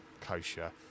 kosher